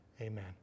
amen